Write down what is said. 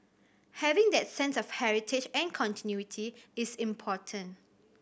having that sense of heritage and continuity is important